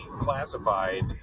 classified